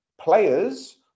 players